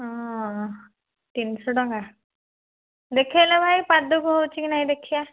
ହଁ ତିନିଶହ ଟଙ୍କା ଦେଖାଇଲ ଭାଇ ପାଦକୁ ହେଉଛି କି ନାହିଁ ଦେଖିଆ